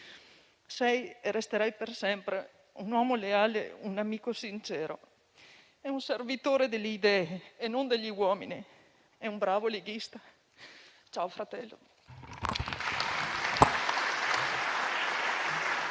Sei e resterai per sempre un uomo leale, un amico sincero, un servitore delle idee e non degli uomini e un bravo leghista. Ciao, fratello.